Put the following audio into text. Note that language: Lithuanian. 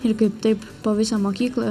ir kaip taip po visą mokyklą